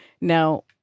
Now